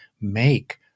make